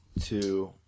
two